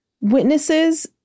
witnesses